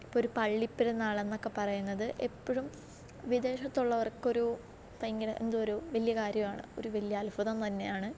ഇപ്പം ഒരു പള്ളി പെരുന്നാൾ എന്നൊക്കെ പറയുന്നത് എപ്പോഴും വിദേശത്തുള്ളവർക്കൊരു ഭയങ്കര എന്തോ ഒരു വലിയ കാര്യമാണ് ഒരു വലിയ അദ്ഭുതം തന്നെയാണ്